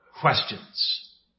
questions